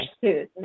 suit